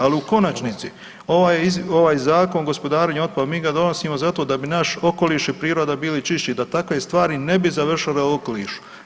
Ali u konačnici ovaj Zakon o gospodarenju otpadom, mi ga donosimo zato da bi naš okoliš i priroda bili čišći, da takve stvari ne bi završile u okolišu.